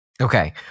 Okay